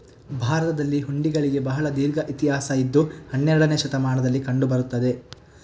ಭಾರತದಲ್ಲಿ ಹುಂಡಿಗಳಿಗೆ ಬಹಳ ದೀರ್ಘ ಇತಿಹಾಸ ಇದ್ದು ಹನ್ನೆರಡನೇ ಶತಮಾನದಲ್ಲಿ ಕಂಡು ಬರುತ್ತದೆ